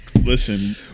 Listen